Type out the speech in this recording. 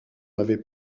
avait